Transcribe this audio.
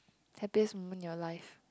happiest moment in your life